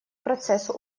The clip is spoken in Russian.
процессу